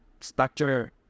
structure